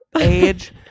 age